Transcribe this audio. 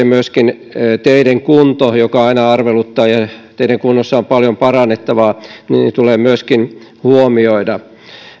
myöskin teiden kunto joka aina arveluttaa ja teiden kunnossa on paljon parannettavaa tulee huomioida